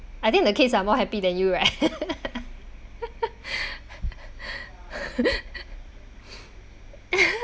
I think the kids are more happy than you right